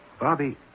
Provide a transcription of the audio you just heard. Bobby